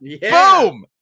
Boom